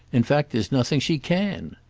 in fact there's nothing she can.